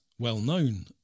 Well-known